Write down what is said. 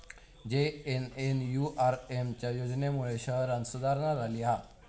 JNNURM च्या योजनेमुळे शहरांत सुधारणा झाली हा